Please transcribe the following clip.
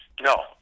No